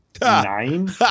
nine